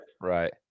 Right